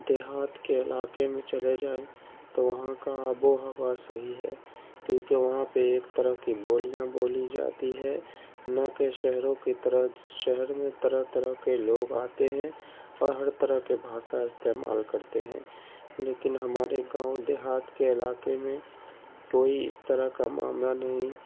دیہات کے علاکے میں چلے جائیں تو وہاں کا آب و ہوا صحیح ہے کیوں کہ وہاں پہ ایک طرح کی بولیاں بولی جاتی ہے نہ کہ شہروں کی طرح شہر میں طرح طرح کے لوگ آتے ہیں اور ہر طرح کے بھاشا استعمال کرتے ہیں لیکن ہمارے گاؤں دیہات کے علاقے میں کوئی اس طرح کا معاملہ نہیں